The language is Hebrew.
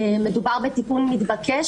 מדובר בטיפול מתבקש,